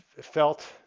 felt